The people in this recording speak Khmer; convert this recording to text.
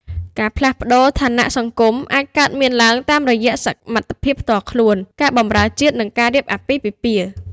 ការផ្លាស់ប្តូរឋានៈសង្គមអាចកើតមានឡើងតាមរយៈសមត្ថភាពផ្ទាល់ខ្លួន ការបម្រើជាតិ និងការរៀបអាពាហ៍ពិពាហ៍។